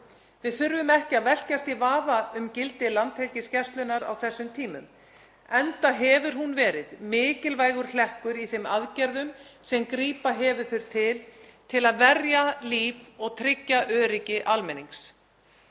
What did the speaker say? Við þurfum ekki að velkjast í vafa um gildi Landhelgisgæslunnar á þessum tímum enda hefur hún verið mikilvægur hlekkur í þeim aðgerðum sem grípa hefur þurft til til að verja líf og tryggja öryggi almennings.